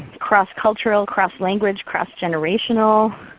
cross-cultural, cross language, cross-generational,